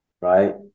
right